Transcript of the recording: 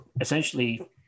essentially